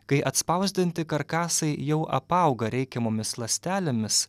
kai atspausdinti karkasai jau apauga reikiamomis ląstelėmis